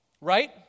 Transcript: Right